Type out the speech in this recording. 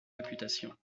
réputation